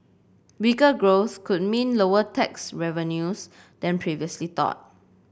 weaker growth could mean lower tax revenues than previously thought